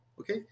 Okay